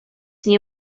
nie